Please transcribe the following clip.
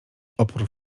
opór